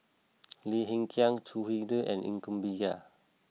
Lim Hng Kiang Choo Hwee Lim and Ng come Bee Kia